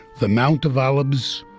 the mount of olives,